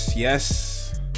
Yes